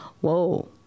whoa